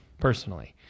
personally